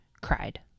cried